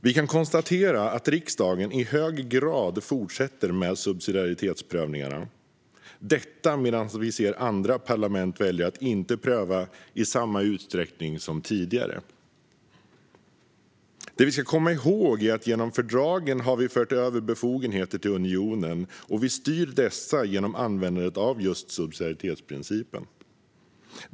Vi kan konstatera att riksdagen i hög grad fortsätter med subsidiaritetsprövningarna medan andra parlament väljer att inte pröva i samma utsträckning som tidigare. Det vi ska komma ihåg är att genom fördragen har vi fört över befogenheter till unionen, och vi styr dessa genom användandet av just subsidiaritetsprincipen.